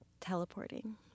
Teleporting